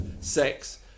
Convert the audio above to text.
sex